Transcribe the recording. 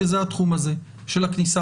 אבל כשזה בא לידי ביטוי בהתנגשות שלה עם הקורונה,